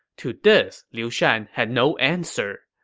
to this, liu shan had no answer.